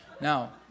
now